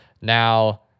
Now